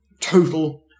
total